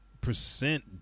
percent